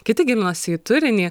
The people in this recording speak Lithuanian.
kiti gilinosi į turinį